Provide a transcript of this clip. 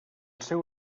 seu